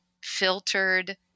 filtered